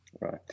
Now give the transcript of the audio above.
Right